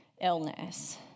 illness